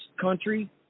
country